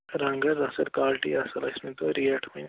رنٛگ حظ اصٕل کالٹی اصٕل اَسہِ وٕنۍ تو ریٹ وۄنۍ